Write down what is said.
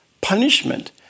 punishment